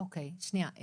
אוקיי שנייה.